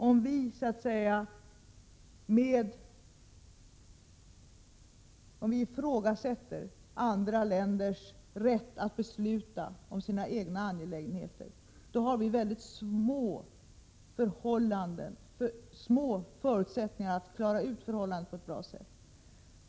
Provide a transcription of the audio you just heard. Om vi ifrågasätter andra länders rätt att besluta om sina egna angelägenheter, har vi mycket små förutsättningar att klara ut förhållanden på ett bra sätt.